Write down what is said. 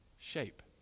shape